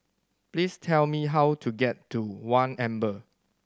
please tell me how to get to One Amber